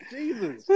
Jesus